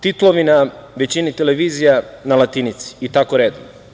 Titlovi na većini televizija na latinici i tako redom.